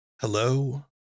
Hello